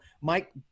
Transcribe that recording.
Mike